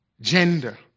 gender